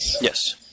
Yes